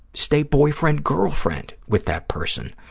stay boyfriend girlfriend with that person.